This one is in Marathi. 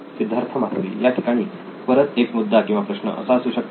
सिद्धार्थ मातुरी या ठिकाणी परत एक मुद्दा किंवा प्रश्न असा असू शकतो